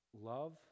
Love